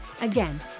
Again